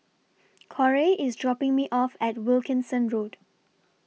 Corey IS dropping Me off At Wilkinson Road